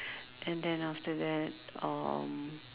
and then after that um